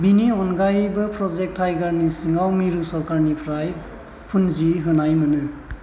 बेनि अनगायैबो प्रजेक्ट टाइगारनि सिङाव मिरु सोरकारनिफ्राय फुन्जि होनाय मोनो